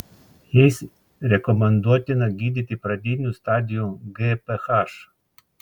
jais rekomenduotina gydyti pradinių stadijų gph